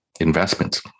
investments